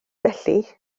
felly